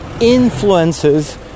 influences